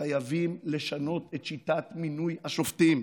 חייבים לשנות את שיטת מינוי השופטים,